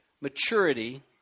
maturity